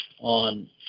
on